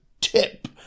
tip